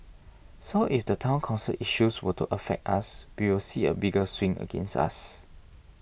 so if the Town Council issues were to affect us we will see a bigger swing against us